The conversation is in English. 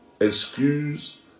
excuse